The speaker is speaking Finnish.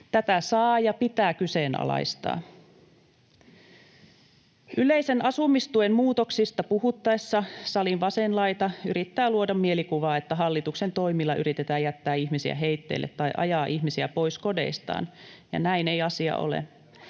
Tätä saa ja pitää kyseenalaistaa. Yleisen asumistuen muutoksista puhuttaessa salin vasen laita yrittää luoda mielikuvaa, että hallituksen toimilla yritetään jättää ihmisiä heitteille tai ajaa ihmisiä pois kodeistaan. Näin ei asia ole.